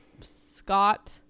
Scott